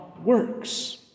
Works